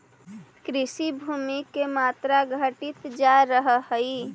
कृषिभूमि के मात्रा घटित जा रहऽ हई